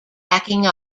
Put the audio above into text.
backing